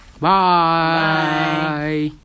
Bye